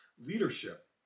Leadership